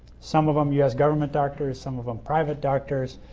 some of them u s. government doctors, some of them private doctors.